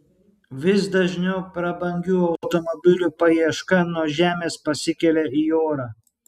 vis dažniau prabangių automobilių paieška nuo žemės pasikelia į orą